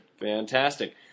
Fantastic